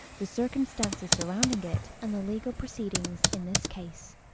the circumstances surrounding it and the legal proceedings in this case.